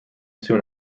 soon